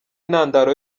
intandaro